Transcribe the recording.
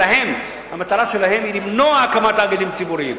המטרה שלהם היא למנוע הקמת תאגידים ציבוריים.